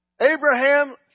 Abraham